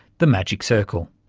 the magic circle.